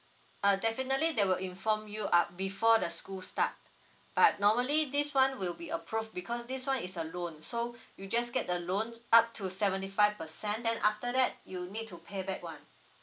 uh definitely they will inform you up before the school start but normally this one will be approved because this one is a loan so you just get a loan up to seventy five percent then after that you need to pay back [one]